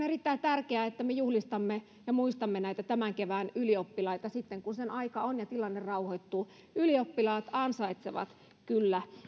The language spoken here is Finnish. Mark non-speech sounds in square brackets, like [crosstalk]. [unintelligible] erittäin tärkeää että me juhlistamme ja muistamme näitä tämän kevään ylioppilaita sitten kun sen aika on ja tilanne rauhoittuu ylioppilaat ansaitsevat kyllä